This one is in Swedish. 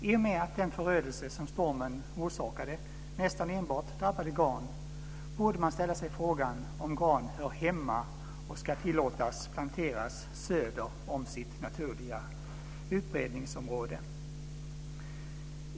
I och med att den förödelse som stormen orsakade nästan enbart drabbade gran borde man ställa sig frågan om gran hör hemma och ska tillåtas planteras söder om sitt naturliga utbredningsområde.